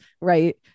right